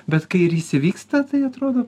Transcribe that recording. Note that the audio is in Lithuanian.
bet kai ir jis įvyksta tai atrodo